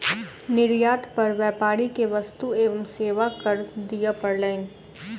निर्यात पर व्यापारी के वस्तु एवं सेवा कर दिअ पड़लैन